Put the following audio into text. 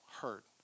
hurt